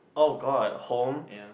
[oh]-god home